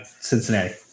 Cincinnati